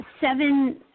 Seven